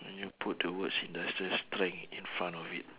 when you put the words industrial strength in front of it